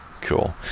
Cool